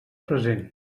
present